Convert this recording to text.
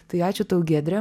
tai ačiū tau giedre